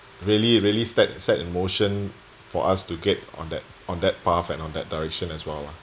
really really start and set in motion for us to get on that on that path and on that direction as well lah